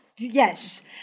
Yes